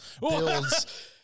builds